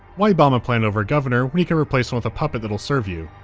why bomb a planet over a governor, when you can replace them with a puppet that will serve you?